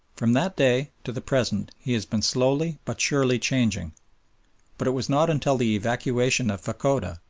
from that day to the present he has been slowly, but surely, changing but it was not until the evacuation of fachoda,